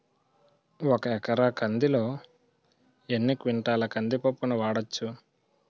ఒక ఎకర కందిలో ఎన్ని క్వింటాల కంది పప్పును వాడచ్చు?